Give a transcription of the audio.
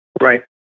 Right